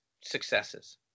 successes